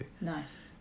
Nice